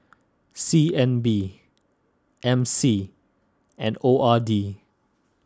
C N B M C and O R D